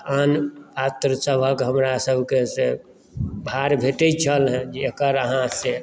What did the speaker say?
तऽ आन पात्र सभक हमरा सभके से भार भेटै छल जे एकर अहाँ सॅं